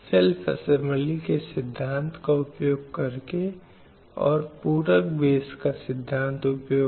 शारीरिक और मानसिक स्वास्थ्य बहुत महत्वपूर्ण है और इस उद्देश्य के लिए राज्य को प्रभावी कदम उठाने होंगे